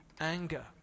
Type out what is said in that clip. anger